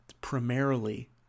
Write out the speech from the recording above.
primarily